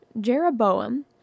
Jeroboam